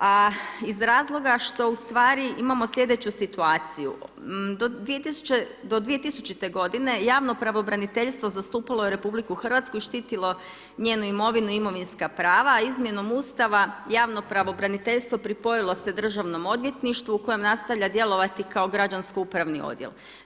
a iz razloga što ustvari imaju slijedeću situaciju, do 2000. godine javno pravobraniteljstvo zastupalo je Republiku Hrvatsku i štitilo njenu imovinu i imovinska prava, a izmjenom Ustava javnopravobraniteljstvo pripoilo se državnom odvjetništvu u koje nastavlja djelovati kao građansko-upravni odjel.